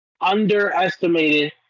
Underestimated